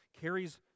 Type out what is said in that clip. carries